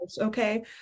okay